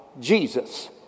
Jesus